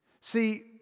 See